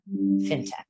fintech